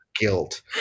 guilt